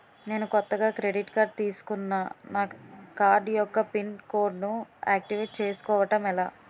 నేను కొత్తగా credit card తిస్కున్నా నా కార్డ్ యెక్క పిన్ కోడ్ ను ఆక్టివేట్ చేసుకోవటం ఎలా?